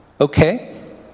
okay